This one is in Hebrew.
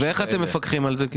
איך אתם מפקחים על זה?